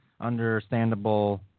understandable